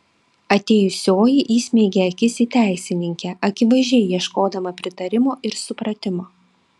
atėjusioji įsmeigė akis į teisininkę akivaizdžiai ieškodama pritarimo ir supratimo